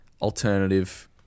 alternative